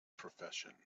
profession